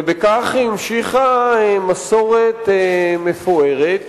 ובכך היא המשיכה מסורת מפוארת